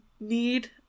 need